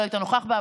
לא היית נוכח בה,